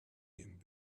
him